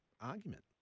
argument